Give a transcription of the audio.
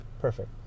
Perfect